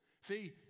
See